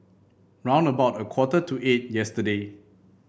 round about a quarter to eight yesterday